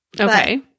Okay